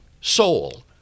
soul